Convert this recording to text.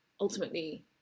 ultimately